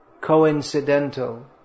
coincidental